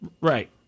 Right